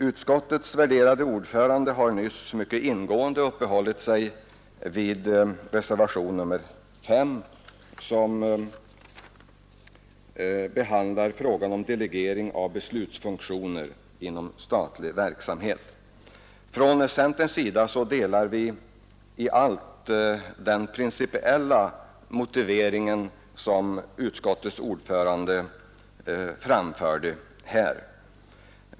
Utskottets värderade ordförande har nyss mycket ingående uppehållit sig vid reservationen 5, som behandlar frågan om delegering av beslutsfunktioner inom statlig verksamhet. Från centerns sida delar vi i allt den principiella motivering som utskottets ordförande framförde här.